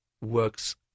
works